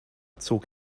zog